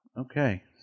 Okay